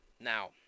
Now